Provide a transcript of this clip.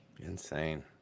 Insane